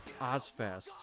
Ozfest